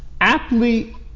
aptly